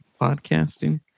podcasting